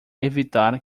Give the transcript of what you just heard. evitar